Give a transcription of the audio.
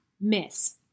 miss